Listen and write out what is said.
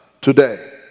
today